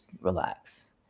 relax